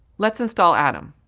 let's install atom.